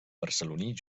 barceloní